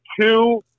two